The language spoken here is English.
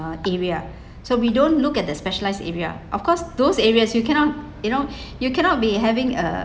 uh area so we don't look at the specialized area of course those areas you cannot you know you cannot be having a